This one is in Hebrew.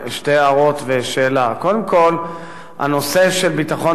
הנושא של ביטחון תזונתי נובע מבעיית העוני בישראל,